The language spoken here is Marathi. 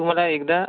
तुम्हाला एकदा